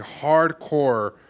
hardcore